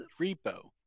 repo